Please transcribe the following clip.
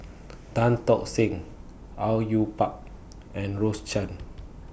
Tan Tock Seng Au Yue Pak and Rose Chan